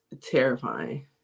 terrifying